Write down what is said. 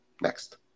Next